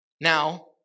Now